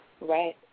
right